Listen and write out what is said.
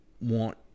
want